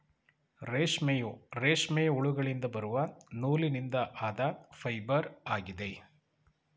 ರೇಷ್ಮೆಯು, ರೇಷ್ಮೆ ಹುಳುಗಳಿಂದ ಬರುವ ನೂಲಿನಿಂದ ಆದ ಫೈಬರ್ ಆಗಿದೆ